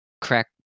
crack